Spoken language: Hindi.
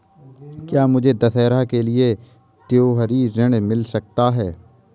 क्या मुझे दशहरा के लिए त्योहारी ऋण मिल सकता है?